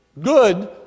good